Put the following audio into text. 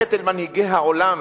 ללכת אל מנהיגי העולם